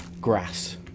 grass